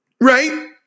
Right